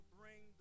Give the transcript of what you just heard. bring